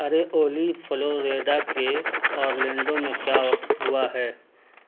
ارے اولی فلوریڈا کے اورلینڈو میں کیا وقت ہوا ہے